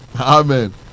Amen